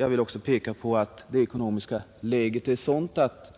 Jag vill också peka på att det ekonomiska läget är sådant att